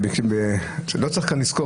לא צריך לזכור כאן,